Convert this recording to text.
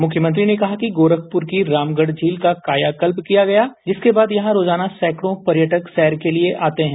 मुख्यमंत्री ने कहा कि गोरखपुर की रामगढ़ झील का कायाकल्प किया गया जिसके बाद यहां रोजाना सैकड़ों पर्यटक सैर के लिए आते हैं